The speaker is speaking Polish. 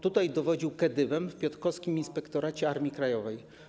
Tutaj dowodził Kedywem w piotrkowskim inspektoracie Armii Krajowej.